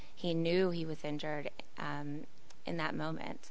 he knew he was injured in that moment